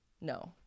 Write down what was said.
No